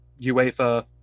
UEFA